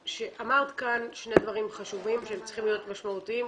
אמרת כאן שני דברים חשובים שהם צריכים להיות משמעותיים.